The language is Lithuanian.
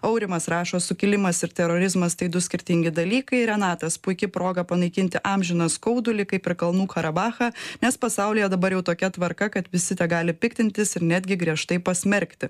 aurimas rašo sukilimas ir terorizmas tai du skirtingi dalykai renatas puiki proga panaikinti amžiną skaudulį kaip ir kalnų karabachą nes pasaulyje dabar jau tokia tvarka kad visi tegali piktintis ir netgi griežtai pasmerkti